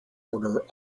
order